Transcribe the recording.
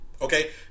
okay